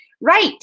right